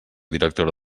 directora